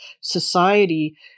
society